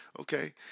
okay